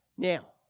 Now